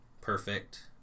perfect